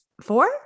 Four